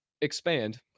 expand